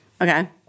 Okay